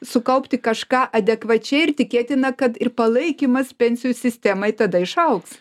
sukaupti kažką adekvačiai ir tikėtina kad ir palaikymas pensijų sistemai tada išaugs